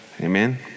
Amen